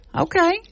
Okay